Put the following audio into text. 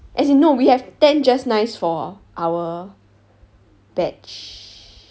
as in no we have ten just nice for our batch